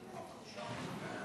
מילה.